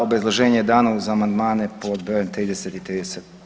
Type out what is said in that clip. Obrazloženje je dano uz amandmane pod br. 30 i 30.